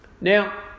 Now